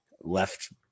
left